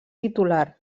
titular